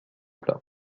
plat